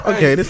Okay